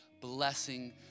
blessing